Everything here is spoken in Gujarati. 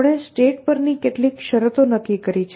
આપણે સ્ટેટ પરની કેટલીક શરતો નક્કી કરી છે